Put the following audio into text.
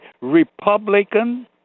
Republican